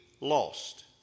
lost